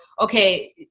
okay